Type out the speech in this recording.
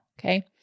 Okay